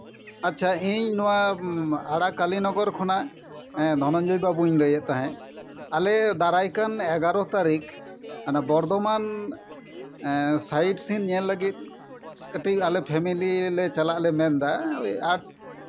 ᱟᱪᱪᱷᱟ ᱤᱧ ᱱᱚᱣᱟ ᱟᱲᱟᱠᱟᱹᱞᱤ ᱱᱚᱜᱚᱨ ᱠᱷᱚᱱᱟᱜ ᱦᱮᱸ ᱫᱷᱚᱱᱚᱧᱡᱚᱭ ᱵᱟᱹᱵᱩᱧ ᱞᱟᱹᱭᱮᱫ ᱛᱟᱦᱮᱸᱫ ᱟᱞᱮ ᱫᱟᱨᱟᱭ ᱠᱟᱱ ᱮᱜᱟᱨᱳ ᱛᱟᱹᱨᱤᱠᱷ ᱦᱟᱱᱟ ᱵᱚᱨᱫᱷᱚᱢᱟᱱ ᱥᱟᱹᱭᱤᱰ ᱥᱮᱫ ᱧᱮᱞ ᱞᱟᱹᱜᱤᱫ ᱠᱟᱹᱴᱤᱡ ᱟᱞᱮ ᱯᱷᱮᱢᱮᱞᱤ ᱞᱮ ᱪᱟᱞᱟᱜ ᱞᱮ ᱢᱮᱱᱫᱟ ᱳᱭ ᱟᱴ